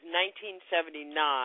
1979